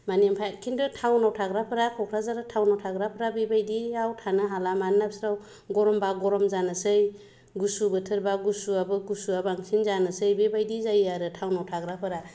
माने ओमफ्राय खिन्थु टाउनाव थाग्राफोरा क'क्राझार टाउनाव थाग्राफोरा बेबायदियाव थानो हाला मानोना बिसोरनाव गरमबा गरम जानोसै गुसु बोथोरबा गुसुआबो गुसुआ बांसिन जानोसै बेबायदि जायो आरो टाउनाव थाग्राफोरा